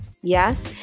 yes